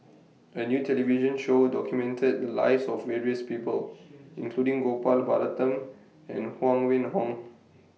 A New television Show documented The Lives of various People including Gopal Baratham and Huang Wenhong